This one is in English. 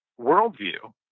worldview